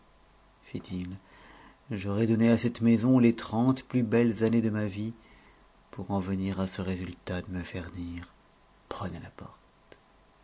j'aurai donné à cette maison les trente plus belles années de ma vie pour en venir à ce résultat de me faire dire prenez la porte